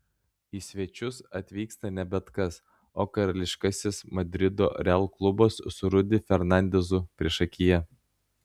į svečius atvyksta ne bet kas o karališkasis madrido real klubas su rudy fernandezu priešakyje